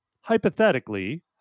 hypothetically